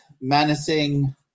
menacing